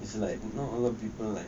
it's like not a lot of people like